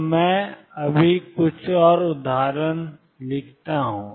तो मैं अभी कुछ और उदाहरण लिखता हूं